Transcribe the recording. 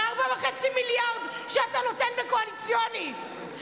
על 4.5 מיליארד שאתה נותן בקואליציוניים,